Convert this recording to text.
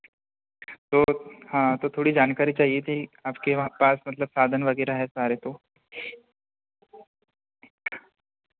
तो हाँ तो थोड़ी जानकारी चाहिए थी आपके वहाँ पास मतलब साधन वगैरह हैं सारे तो